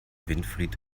winfried